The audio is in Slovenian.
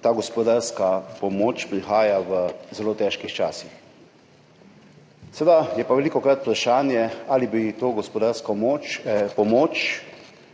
ta gospodarska pomoč prihaja v zelo težkih časih. Seveda je pa velikokrat vprašanje, ali bi bili vsi